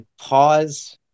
pause